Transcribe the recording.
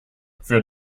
für